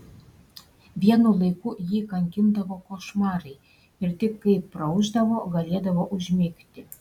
vienu laiku jį kankindavo košmarai ir tik kai praaušdavo galėdavo užmigti